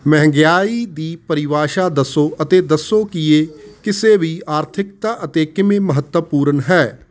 ਮਹਿੰਗਾਈ ਦੀ ਪਰਿਭਾਸ਼ਾ ਦੱਸੋ ਅਤੇ ਦੱਸੋ ਕਿ ਇਹ ਕਿਸੇ ਵੀ ਆਰਥਿਕਤਾ ਅਤੇ ਕਿਵੇਂ ਮਹੱਤਵਪੂਰਨ ਹੈ